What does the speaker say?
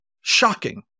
shocking